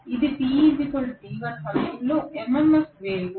కాబట్టి ఇది t t1 సమయంలో MMF వేవ్